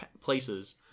places